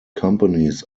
companies